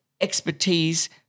expertise